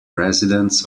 residents